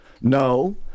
No